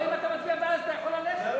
לא, אם אתה מצביע בעד אתה יכול ללכת.